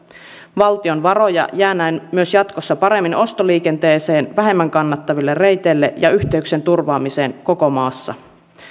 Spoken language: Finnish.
valtion varoja jää näin myös jatkossa paremmin ostoliikenteeseen vähemmän kannattaville reiteille ja yhteyksien turvaamiseen koko maassa